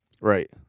Right